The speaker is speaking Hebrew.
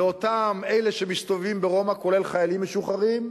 לאותם אלה שמסתובבים ברומא, כולל חיילים משוחררים,